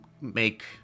make